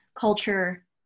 culture